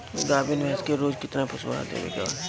गाभीन भैंस के रोज कितना पशु आहार देवे के बा?